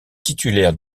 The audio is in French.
titulaire